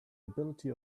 ability